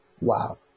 Wow